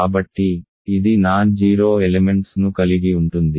కాబట్టి ఇది non zero elements ను కలిగి ఉంటుంది